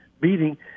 beating